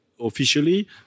Officially